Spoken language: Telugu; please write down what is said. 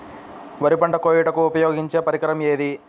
వరి పంట కోయుటకు ఉపయోగించే పరికరం ఏది?